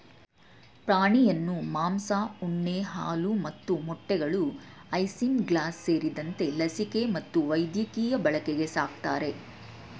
ಪ್ರಾಣಿಯನ್ನು ಮಾಂಸ ಉಣ್ಣೆ ಹಾಲು ಮತ್ತು ಮೊಟ್ಟೆಗಳು ಐಸಿಂಗ್ಲಾಸ್ ಸೇರಿದಂತೆ ಲಸಿಕೆ ಮತ್ತು ವೈದ್ಯಕೀಯ ಬಳಕೆಗೆ ಸಾಕ್ತರೆ